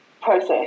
process